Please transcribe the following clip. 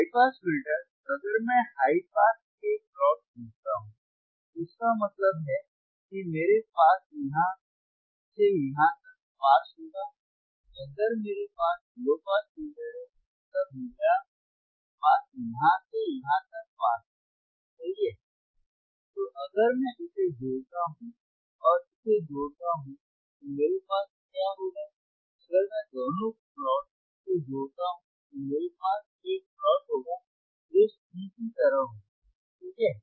high pass filter अगर मैं high pass के प्लॉट खींचता हूं तो इसका मतलब है की मेरे पास यहां से यहां तक पास होगा अगर मेरे पास लो पास फिल्टर है मतलब मेरा पास यहां से यहां तक पास होगा सही है तो अगर मैं इसे जोड़ता हूं और इसे जोड़ता हूं तो मेरे पास क्या होगा अगर मैं दोनों प्लॉट को जोड़ता हूं तो मेरे पास एक प्लॉट होगा जो C की तरह होगा ठीक है